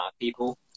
people